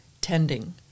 tending